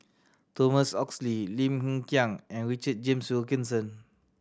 Thomas Oxley Lim Hng Kiang and Richard James Wilkinson